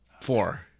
Four